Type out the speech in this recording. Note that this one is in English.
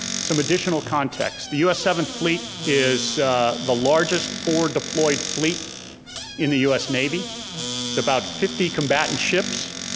some additional context, the us seventh fleet is the largest forward deployed fleet in the us navy. it's about fifty combatant ships,